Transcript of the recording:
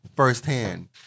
Firsthand